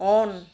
on